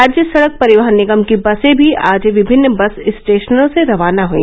राज्य सड़क परिवहन निगम की बसे भी आज विभिन्न बस स्टेशनों से रवाना हुई